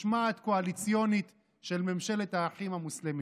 משמעת קואליציונית של ממשלת האחים המוסלמים.